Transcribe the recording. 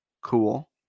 Cool